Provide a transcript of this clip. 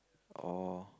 oh